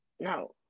No